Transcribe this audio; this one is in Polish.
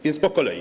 Więc po kolei.